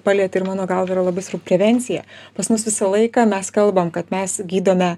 palietė ir mano galva yra labai svarbu prevencija pas mus visą laiką mes kalbam kad mes gydome